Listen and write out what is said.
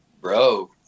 Bro